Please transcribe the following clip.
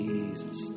Jesus